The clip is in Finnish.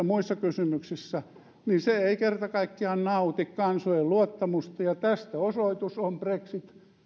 muissa kysymyksissä niin se ei kerta kaikkiaan nauti kansojen luottamusta ja tästä osoitus on brexit